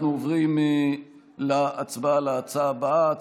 אנחנו עוברים להצבעה על ההצעה הבאה: